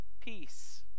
peace